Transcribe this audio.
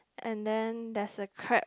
and then there's a crab